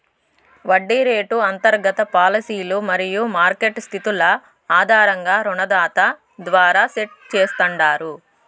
వడ్డీ రేటు అంతర్గత పాలసీలు మరియు మార్కెట్ స్థితుల ఆధారంగా రుణదాత ద్వారా సెట్ చేస్తాండారు